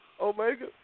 Omega